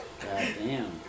Goddamn